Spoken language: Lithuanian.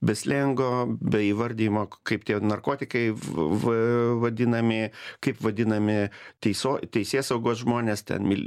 be slengo be įvardijimo k kaip tie narkotikai v v vadinami kaip vadinami teiso teisėsaugos žmonės ten mil